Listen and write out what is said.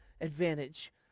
advantage